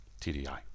TDI